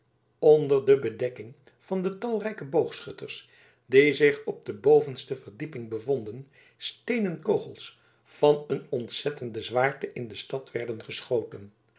onder de bedekking van de talrijke boogschutters die zich op de bovenste verdieping bevonden steenen kogels van een ontzettende zwaarte in de stad werden geschoten